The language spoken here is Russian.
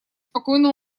спокойно